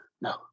No